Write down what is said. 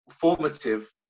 formative